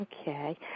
Okay